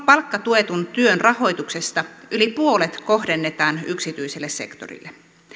palkkatuetun työn rahoituksesta yli puolet kohdennetaan yksityiselle sektorille